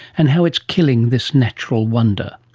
and how it's killing this natural wonder.